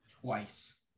Twice